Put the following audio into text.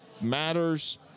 matters